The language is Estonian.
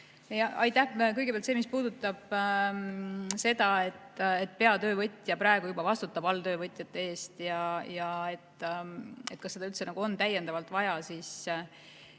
Aitäh! Kõigepealt, mis puudutab seda, et peatöövõtja juba praegu vastutab alltöövõtjate eest ja et kas seda üldse on täiendavalt vaja, siis